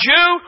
Jew